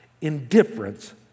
Indifference